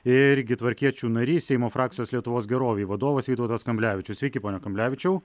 irgi tvarkiečių narys seimo frakcijos lietuvos gerovei vadovas vytautas kamblevičius sveiki pone kamblevičiau